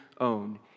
own